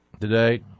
today